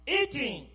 eating